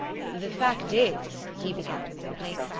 the fact is, he began awkwardly,